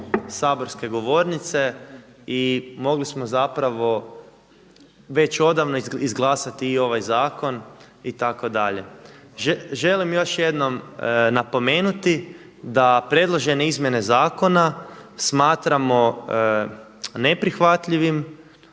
saborske govornice i mogli smo već odavno izglasati i ovaj zakon itd. Želim još jednom napomenuti, da predložene izmjene zakona smatramo neprihvatljivim